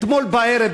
אתמול בערב,